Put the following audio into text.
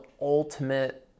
ultimate